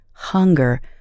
hunger